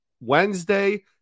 Wednesday